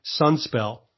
Sunspell